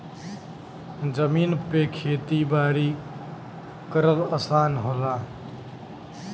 जमीन पे खेती बारी करल आसान होला